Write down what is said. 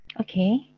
Okay